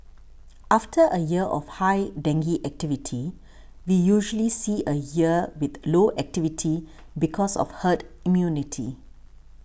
after a year of high dengue activity we usually see a year with low activity because of herd immunity